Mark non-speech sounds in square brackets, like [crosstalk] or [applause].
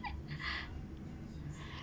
[laughs]